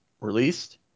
released